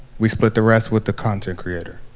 we split the rest with the content creator.